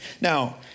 Now